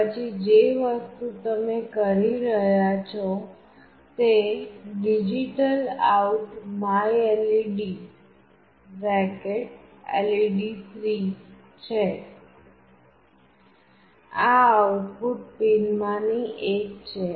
તો પછી જે વસ્તુ તમે કરી રહ્યા છો તે DigitalOut myLED છે આ આઉટપુટ પિનમાંની એક છે